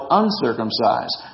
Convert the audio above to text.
uncircumcised